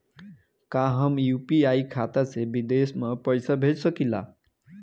का हम यू.पी.आई खाता से विदेश म पईसा भेज सकिला?